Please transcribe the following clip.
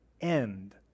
end